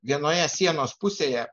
vienoje sienos pusėje